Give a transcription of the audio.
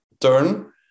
turn